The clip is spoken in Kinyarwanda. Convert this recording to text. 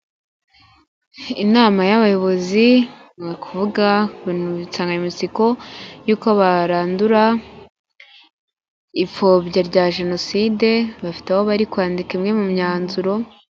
Inama y'abayobozi bari kuvuga ku nsanganyamatsiko yuko barandura ipfobya rya jenoside bafite aho bari kwandika imwe mu myanzuro.